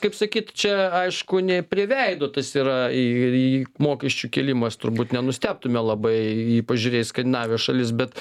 kaip sakyt čia aišku ne prie veido tas yra į į mokesčių kėlimas turbūt nenustebtume labai į pažiūrėję į skandinavijos šalis bet